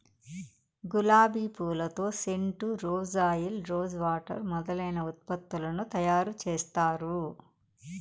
గులాబి పూలతో scent, rose oil, rose water మొదలైన ఉత్పత్తులను తయారు చేత్తారు